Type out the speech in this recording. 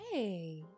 Hey